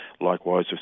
likewise